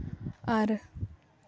ᱟᱨ